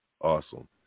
awesome